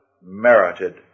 merited